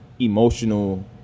emotional